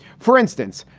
for instance,